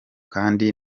kandi